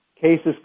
cases